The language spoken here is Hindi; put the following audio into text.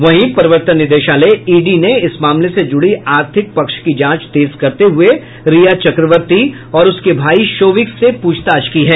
वहीं प्रवर्तन निदेशालय ईडी ने इस मामले से जुड़ी आर्थिक पक्ष की जांच तेज करते हुये रिया चक्रवर्ती और उसके भाई शोविक से पूछताछ की है